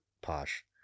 posh